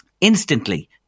Instantly